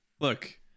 Look